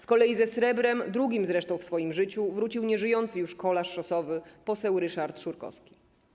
Z kolei ze srebrem, drugim zresztą w swoim życiu, wrócił nieżyjący już kolarz szosowy, poseł Ryszard Szurkowski.